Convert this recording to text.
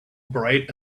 bright